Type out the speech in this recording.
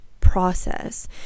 process